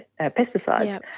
pesticides